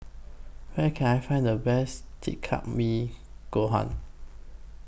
Where Can I Find The Best Takikomi Gohan